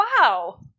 Wow